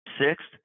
Sixth